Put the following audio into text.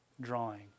drawing